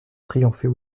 triompher